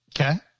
Okay